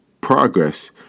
progress